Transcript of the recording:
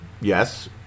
Yes